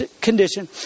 condition